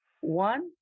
One